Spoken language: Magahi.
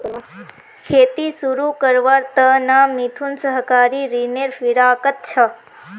खेती शुरू करवार त न मिथुन सहकारी ऋनेर फिराकत छ